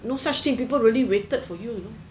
no such thing people really waited for you you know